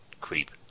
creep